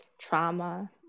trauma